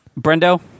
Brendo